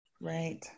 right